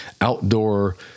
outdoor